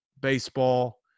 baseball